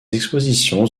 expositions